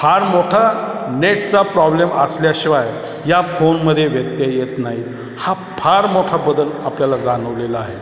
फार मोठा नेटचा प्रॉब्लेम असल्याशिवाय या फोनमध्ये व्यत्यय येत नाही हा फार मोठा बदल आपल्याला जाणवलेला आहे